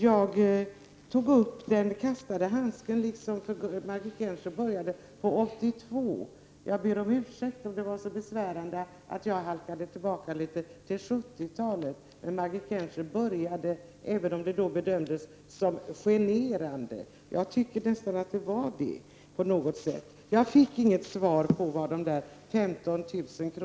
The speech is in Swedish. Jag tog upp den kastade handsken. Margit Gennser började tala om tiden från år 1982. Jag ber om ursäkt om det var så besvärande att jag halkade tillbaka litet till 1970-talet, och att detta då bedöms som generande. Jag tycker nästan att det på något sätt är generande. Jag fick inget svar på vad dessa 15 000 kr.